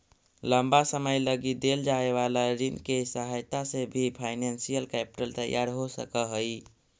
लंबा समय लगी देल जाए वाला ऋण के सहायता से भी फाइनेंशियल कैपिटल तैयार हो सकऽ हई